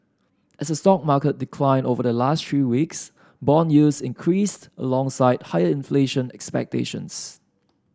as the stock market declined over the last three weeks bond yields increased alongside higher inflation expectations